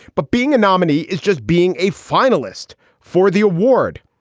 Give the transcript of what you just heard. but being a nominee is just being a finalist for the award.